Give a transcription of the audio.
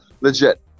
legit